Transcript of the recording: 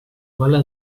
mala